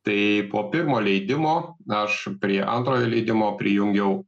tai po pirmo leidimo aš prie antrojo leidimo prijungiau